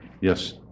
Yes